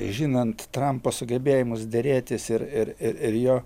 žinant trampo sugebėjimus derėtis ir ir ir ir jo